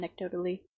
anecdotally